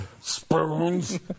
Spoons